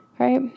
Right